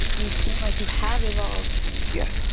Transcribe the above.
you seem like you have evolved yeah